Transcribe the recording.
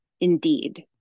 Indeed